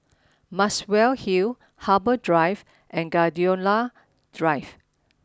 Muswell Hill Harbour Drive and Gladiola Drive